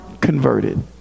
converted